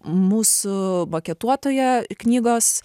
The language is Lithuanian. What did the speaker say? mūsų maketuotoja knygos